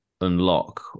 unlock